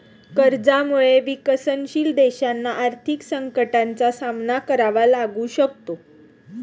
कर्जामुळे विकसनशील देशांना आर्थिक संकटाचा सामना करावा लागू शकतो